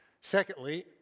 Secondly